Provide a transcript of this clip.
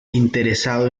interesado